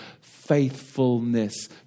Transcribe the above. faithfulness